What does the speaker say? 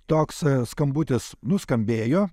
toks skambutis nuskambėjo